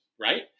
right